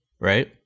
right